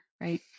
right